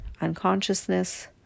unconsciousness